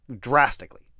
drastically